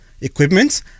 equipment